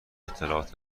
اطلاعات